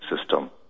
system